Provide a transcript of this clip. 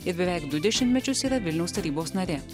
ir beveik du dešimtmečius yra vilniaus tarybos narė